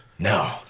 No